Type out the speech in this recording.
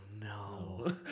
no